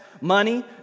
money